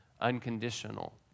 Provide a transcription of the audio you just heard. unconditional